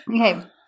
Okay